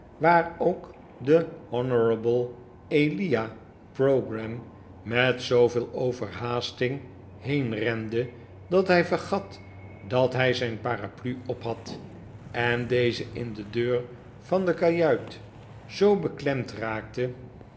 waar ook de honourable elia pogram met zooveel overhaasting heen rende dat hij vergat dat hij zijn paraplu ophad en deze in de deur van de kajuit zoo beklemd raakte